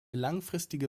langfristige